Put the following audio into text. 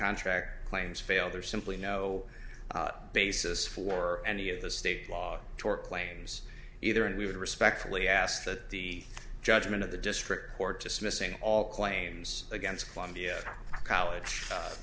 contract claims failed or simply no basis for any of the state law tort claims either and we would respectfully ask that the judgment of the district court dismissing all claims against chlamydia college